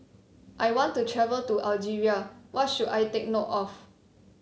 I want to travel to Algeria what should I take note of